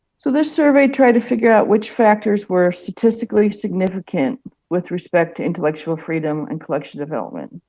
so this survey tried to figure out which factors were statistically significant with respect to intellectual freedom and collection development